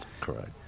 Correct